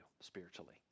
spiritually